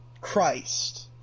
Christ